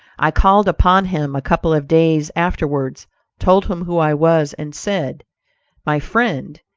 i called upon him a couple of days afterwards told him who i was, and said my friend,